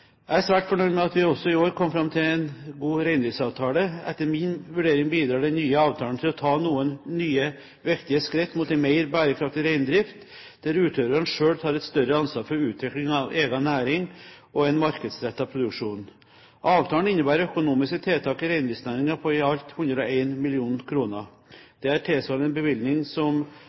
Jeg er svært fornøyd med at vi også i år kom fram til en god reindriftsavtale. Etter min vurdering bidrar den nye avtalen til å ta noen nye, viktige skritt mot en mer bærekraftig reindrift, der utøverne selv tar et større ansvar for utviklingen av egen næring og en markedsrettet produksjon. Avtalen innebærer økonomiske tiltak i reindriftsnæringen på i alt 101 mill. kr. Det er tilsvarende bevilgning som